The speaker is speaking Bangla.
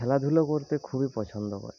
খেলাধুলা করতে খুবই পছন্দ করে